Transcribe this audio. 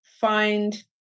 find